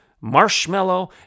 marshmallow